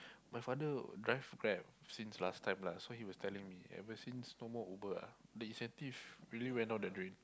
my father drive Grab since last time lah so he was telling me ever since no more Uber ah the incentive really went down the drain